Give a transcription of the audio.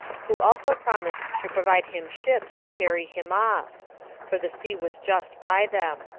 who also promised to provide him ships to carry him off for the sea was just by them.